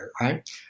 right